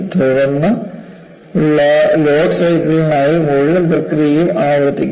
തുടർന്നുള്ള ലോഡ് സൈക്കിളുകൾക്കായി മുഴുവൻ പ്രക്രിയയും ആവർത്തിക്കും